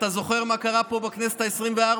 אתה זוכר מה קרה פה בכנסת העשרים-וארבע?